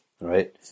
right